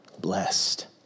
blessed